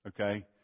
okay